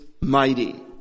mighty